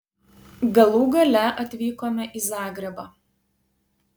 galų gale atvykome į zagrebą